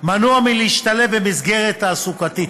מנוע מלהשתלב במסגרת תעסוקתית,